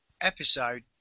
episode